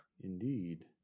Indeed